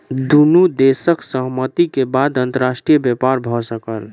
दुनू देशक सहमति के बाद अंतर्राष्ट्रीय व्यापार भ सकल